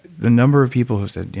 the number of people have said,